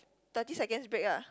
thirty seconds break ah